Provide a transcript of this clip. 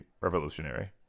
revolutionary